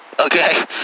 okay